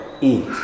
eat